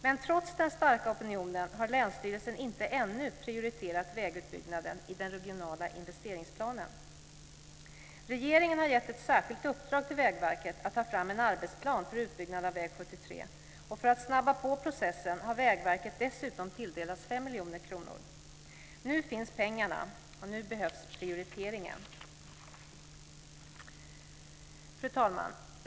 Men trots den starka opinionen har länsstyrelsen ännu inte prioriterat vägutbyggnaden i den regionala investeringsplanen. Regeringen har gett ett särskilt uppdrag till Vägverket att ta fram en arbetsplan för utbyggnad av väg 73. För att snabba på processen har Vägverket dessutom tilldelats 5 miljoner kronor. Nu finns pengarna, och nu behövs prioriteringen. Fru talman!